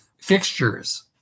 fixtures